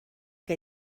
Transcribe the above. que